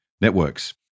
networks